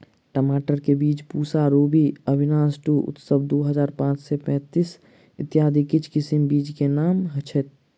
टमाटर केँ बीज पूसा रूबी, अविनाश दु, उत्सव दु हजार पांच सै पैतीस, इत्यादि किछ किसिम बीज केँ नाम छैथ?